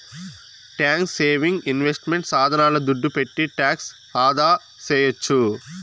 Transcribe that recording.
tax saving investment సాధనాల దుడ్డు పెట్టి టాక్స్ ఆదాసేయొచ్చు